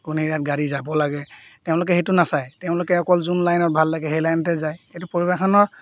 কোন এৰিয়াত গাড়ী যাব লাগে তেওঁলোকে সেইটো নাচায় তেওঁলোকে অকল যোন লাইনত ভাল লাগে সেই লাইনতে যায় সেইটো পৰিবহণৰ